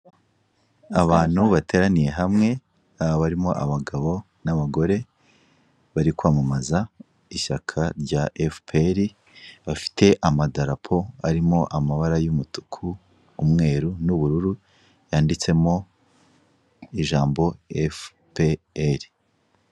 Abantu bateraniye hamwe barimo abagabo n'abagore, bari kwamamaza ishyaka rya FPR, bafite amadarapo arimo amabara y'umutuku umweru n'ubururu yanditsemo ijambo FPR.